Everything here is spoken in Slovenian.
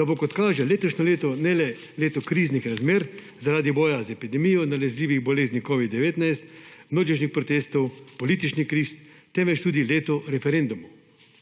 da bo, kot kaže, letošnje leto ne le leto kriznih razmer zaradi boja z epidemijo nalezljivih bolezni COVID-19, množičnih protestov, političnih kriz temveč tudi leto referendumov.